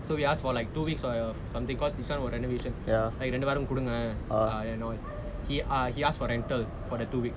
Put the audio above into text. so we ask for like two weeks or something because this one got renovation like ரெண்டு வாரம் கொடுங்கே:rendu vaaram kodungae and all he ask for rental for that two weeks